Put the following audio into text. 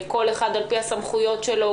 כל אחד על פי הסמכויות שלו.